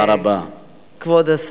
אנחנו ממשיכים